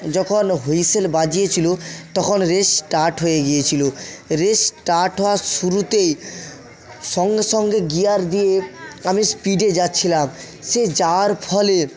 যখন হুইসল বাজিয়েছিল তখন রেস স্টার্ট হয়ে গিয়েছিল রেস স্টার্ট হওয়ার শুরুতেই সঙ্গে সঙ্গে গিয়ার দিয়ে আমি স্পিডে যাচ্ছিলাম সে যাওয়ার ফলে